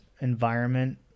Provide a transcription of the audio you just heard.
environment